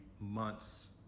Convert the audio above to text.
months